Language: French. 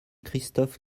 christophe